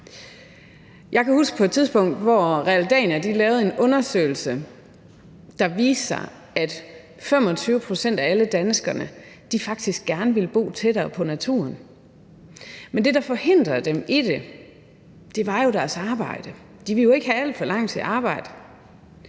Jeg kan huske, at Realdania på et tidspunkt lavede en undersøgelse, der viste, at 25 pct. af alle danskere faktisk gerne ville bo tættere på naturen, men det, der forhindrede dem i det, var deres arbejde. De ville jo ikke have alt for langt til arbejde.